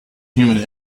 human